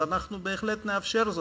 אנחנו בהחלט נאפשר זאת.